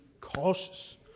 cautious